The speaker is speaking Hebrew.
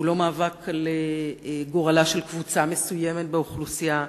הוא לא מאבק על גורלה של קבוצה מסוימת באוכלוסייה,